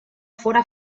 fóra